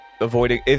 avoiding